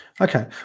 Okay